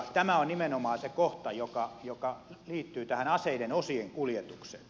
tämä on nimenomaan se kohta joka liittyy tähän aseiden osien kuljetukseen